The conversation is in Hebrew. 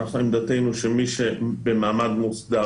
עמדתנו היא שמי שהוא במעמד מוסדר,